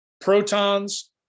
protons